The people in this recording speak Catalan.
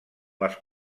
les